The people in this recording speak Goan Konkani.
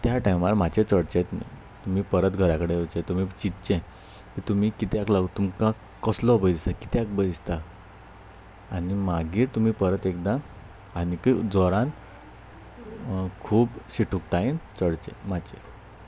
त्या टायमार मातशे चडचेंच ना तुमी परत घरा कडेन येवचें तुमी चिंतचें तुमी कित्याक लाग तुमकां कसलो भंय दिसता कित्याक भंय दिसता आनी मागीर तुमी परत एकदां आनीकय जोरान खूब शिटूकतायेन चडचें मचयेर